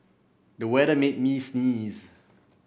the weather made me sneeze